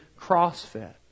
CrossFit